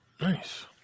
nice